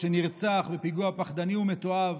שנרצח בפיגוע פחדני ומתועב